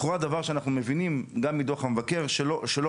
לכל דבר שאנחנו מבינים מדוח המבקר שלא